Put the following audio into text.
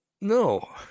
no